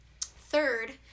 Third